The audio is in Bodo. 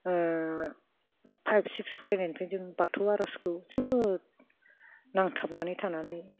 फाइभ सिक्स फरायनायनिफ्राय जों बाथौ आर'जखौ जोबोद नांथाबनानै थानानै